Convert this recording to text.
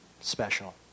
special